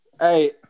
hey